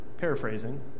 paraphrasing